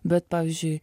bet pavyzdžiui